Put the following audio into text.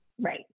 Right